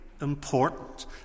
important